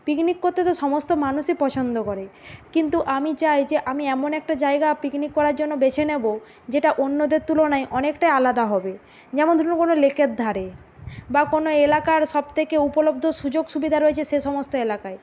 picnic করতে তো সমস্ত মানুষই পছন্দ করে কিন্তু আমি চাই যে আমি এমন একটা জায়গা পিকনিক করার জন্য বেছে নেব যেটা অন্যদের তুলনায় অনেকটাই আলাদা হবে যেমন ধরুন কোনো লেকের ধারে বা কোনো এলাকার সবথেকে উপলব্ধ সুযোগ সুবিধা রয়েছে সে সমস্ত এলাকায়